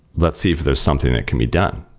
let's see if there's something that can be done,